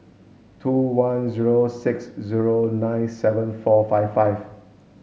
two one zero six zero nine seven four five five